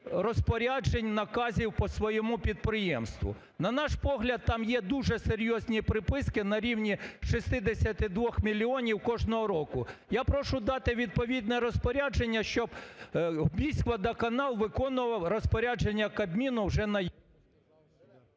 розпоряджень і наказів по своєму підприємству. На наш погляд, там є дуже серйозні приписки на рівні 62 мільйонів кожного року. Я прошу дати відповідне розпорядження, щоб міськводоканал виконував розпорядження Кабміну вже…